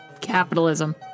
capitalism